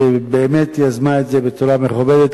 שבאמת יזמה את זה בצורה מכובדת.